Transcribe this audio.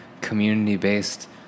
community-based